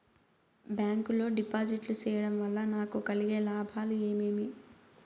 Bank లో డిపాజిట్లు సేయడం వల్ల నాకు కలిగే లాభాలు ఏమేమి?